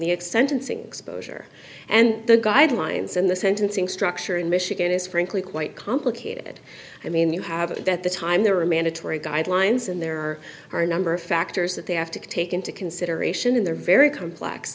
extent unsing exposure and the guidelines and the sentencing structure in michigan is frankly quite complicated i mean you have it at the time there are mandatory guidelines and there are a number of factors that they have to take into consideration and they're very complex